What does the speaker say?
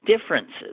differences